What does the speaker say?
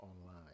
online